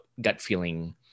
gut-feeling